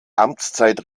amtszeit